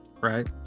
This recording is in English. right